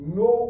no